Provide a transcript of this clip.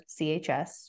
CHS